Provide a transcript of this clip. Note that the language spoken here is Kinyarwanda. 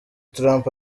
trump